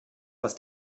was